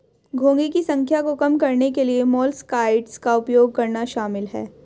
घोंघे की संख्या को कम करने के लिए मोलस्कसाइड्स का उपयोग करना शामिल है